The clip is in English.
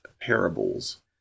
parables